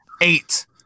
eight